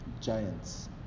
Giants